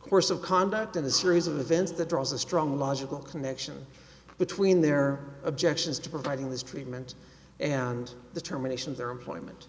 course of conduct in the series of events that draws a strong logical connection between their objections to providing this treatment and the terminations their employment